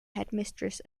headmistress